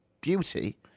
beauty